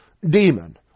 demon